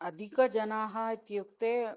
अधिकजनाः इत्युक्ते